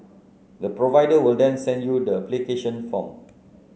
the provider will then send you the application form